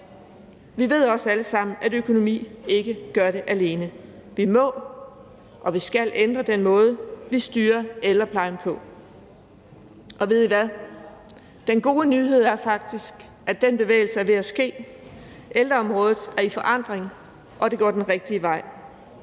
vi ved også alle sammen, at økonomi ikke gør det alene. Vi må, og vi skal ændre den måde, vi styrer ældreplejen på. Og ved I hvad? Den gode nyhed er faktisk, at den bevægelse er ved at ske. Ældreområdet er i forandring, og det går den rigtige vej.